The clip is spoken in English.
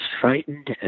frightened